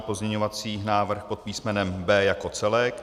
Pozměňovací návrh pod písmenem B jako celek.